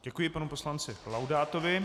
Děkuji panu poslanci Laudátovi.